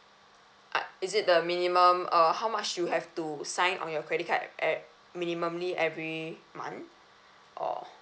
uh is it the minimum uh how much you have to sign on your credit card at minimumly every month or